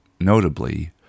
notably